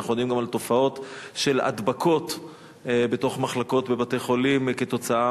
אנחנו יודעים גם על תופעות של הדבקות בתוך מחלקות בבתי-חולים כתוצאה